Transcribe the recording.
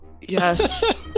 yes